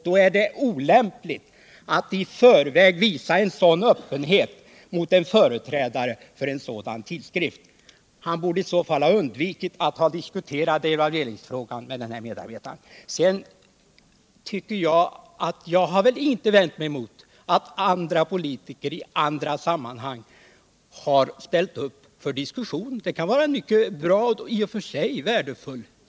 Då är det olämpligt att i förväg visa öppenhet mot en företrädare för en sådan tidskrift. Gösta Bohman borde i så fall ha undvikit att diskutera devalveringsfrågan med den medarbetaren. Jag har inte vänt mig emot att andra politiker i andra sammanhang har ställt upp för intervjuer. Tidskriften kan i och för sig vara mycket bra och värdefull.